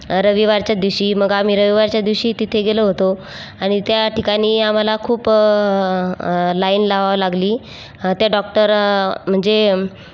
रविवारच्या दिवशी मग आम्ही रविवारच्या दिवशी तिथे गेलो होतो आणि त्या ठिकाणी आम्हाला खूप लाईन लावावं लागली ते डॉक्टर म्हणजे